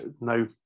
no